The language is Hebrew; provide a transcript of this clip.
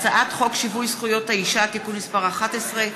הצעת חוק שיווי זכויות האישה (תיקון מס' 11),